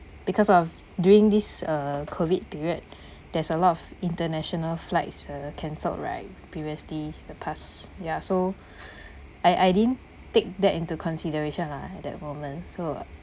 because of during this uh COVID period there's a lot of international flights uh cancelled right previously the past ya so I I didn't take that into consideration lah at that moment so